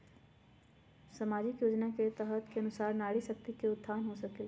सामाजिक योजना के तहत के अनुशार नारी शकति का उत्थान हो सकील?